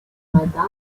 майдану